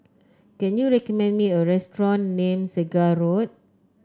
can you recommend me a restaurant near Segar Road